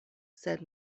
sed